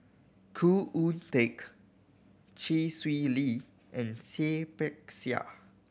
Khoo Oon Teik Chee Swee Lee and Seah Peck Seah